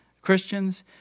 Christians